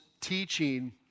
teaching